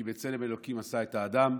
"כי בצלם אלוקים עשה את האדם".